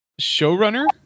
showrunner